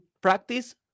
practice